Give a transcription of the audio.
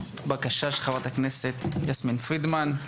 בקשה של חברת הכנסת יסמין פרידמן,